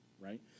right